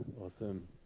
Awesome